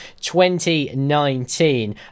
2019